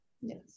Yes